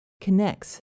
connects